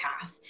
path